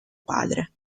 padre